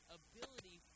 ability